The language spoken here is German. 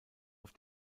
auf